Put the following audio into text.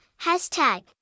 Hashtag